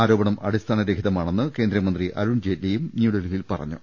ആരോപണം അടിസ്ഥാന രഹിതമാണെന്ന് കേന്ദ്ര മന്ത്രി അരുൺ ജെയ്റ്റ്ലിയും ന്യൂഡൽഹിയിൽ പറഞ്ഞു